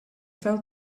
fell